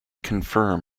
confirm